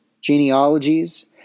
genealogies